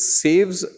saves